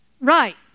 Right